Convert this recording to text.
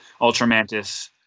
Ultramantis